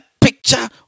picture